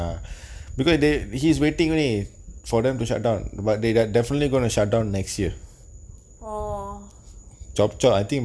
oh